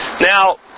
Now